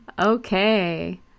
Okay